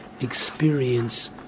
experience